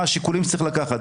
מה השיקולים צריך לקחת.